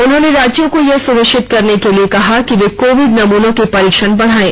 उन्होंने राज्यों को यह सुनिश्चित करने के लिए कहा है कि वे कोविड नमूनों के परीक्षण बढ़ाएं